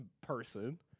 person